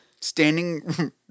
Standing